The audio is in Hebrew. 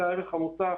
זה הערך המוסף